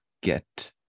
get